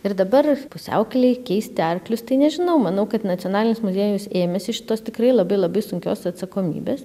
ir dabar pusiaukelėj keisti arklius tai nežinau manau kad nacionalinis muziejus ėmėsi šitos tikrai labai labai sunkios atsakomybės